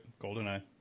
GoldenEye